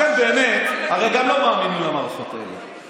אתם באמת הרי לא מאמינים למערכות האלה.